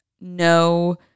no